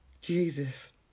Jesus